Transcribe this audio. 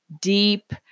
deep